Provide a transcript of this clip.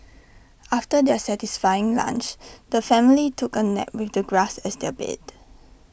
after their satisfying lunch the family took A nap with the grass as their bed